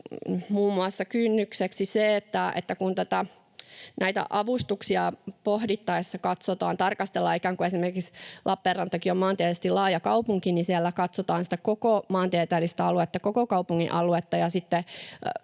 muun muassa se, että kun näitä avustuksia pohdittaessa katsotaan, että esimerkiksi Lappeenrantakin on maantieteellisesti laaja kaupunki, siellä tarkastellaan sitä koko maantieteellistä aluetta, koko kaupungin aluetta,